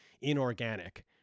inorganic